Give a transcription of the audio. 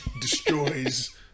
destroys